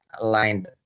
aligned